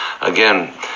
again